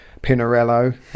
pinarello